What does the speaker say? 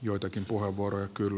joitakin puheenvuoroja kyllä